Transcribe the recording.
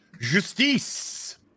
Justice